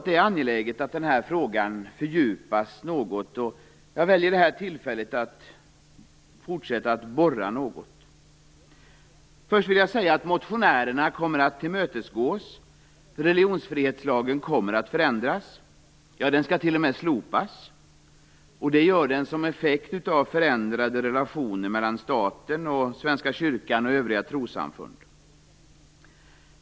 Det är angeläget att denna fråga fördjupas något, och jag väljer det här tillfället till att göra det. Motionärerna kommer att tillmötesgås. Religionsfrihetslagen kommer att förändras - ja, den skall t.o.m. slopas, och detta som en effekt av förändrade relationer mellan staten och Svenska kyrkan och övriga trossamfund.